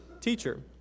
Teacher